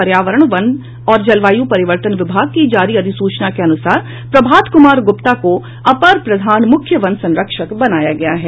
पर्यावरण वन और जलवायु परिवर्तन विभाग की जारी अधिसूचना के अनुसार प्रभात कुमार गुप्ता को अपर प्रधान मुख्य वन संरक्षक बनाया गया है